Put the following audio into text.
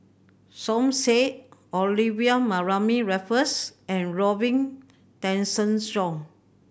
Som Said Olivia Mariamne Raffles and Robin Tessensohn